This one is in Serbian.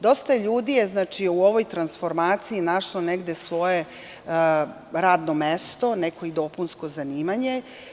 Dosta ljudi je u ovoj transformaciju našlo svoje radno mesto, neko i dopunsko zanimanje.